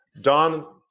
Don